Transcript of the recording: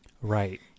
Right